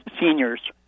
seniors